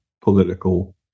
political